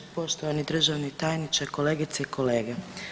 Poštovani državni tajniče, kolegice i kolege.